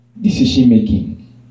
decision-making